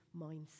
mindset